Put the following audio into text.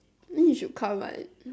I think you should come my